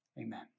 Amen